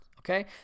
okay